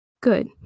Good